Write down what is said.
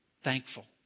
Thankful